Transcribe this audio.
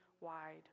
wide